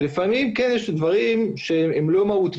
לפעמים יש את הדברים שהם לא מהותיים.